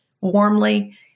Warmly